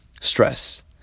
stress